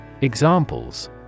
Examples